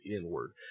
inward